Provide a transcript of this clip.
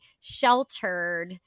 sheltered